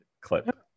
clip